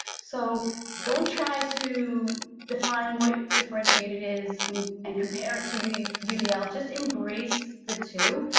so don't try to define what differentiated is, and compare it to you know udl. just embrace the two.